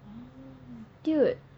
dude